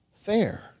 fair